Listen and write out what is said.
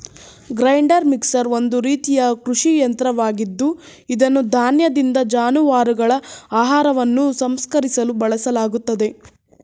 grinder mixer ಒಂದು ರೀತಿಯ ಕೃಷಿ ಯಂತ್ರವಾಗಿದ್ದು ಇದನ್ನು ಧಾನ್ಯದಿಂದ ಜಾನುವಾರುಗಳ ಆಹಾರವನ್ನು ಸಂಸ್ಕರಿಸಲು ಬಳಸಲಾಗ್ತದೆ